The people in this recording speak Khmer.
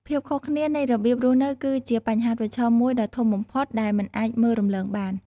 ភាពខុសគ្នានៃរបៀបរស់នៅគឺជាបញ្ហាប្រឈមមួយដ៏ធំបំផុតដែលមិនអាចមើលរំលងបាន។